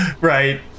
Right